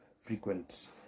frequent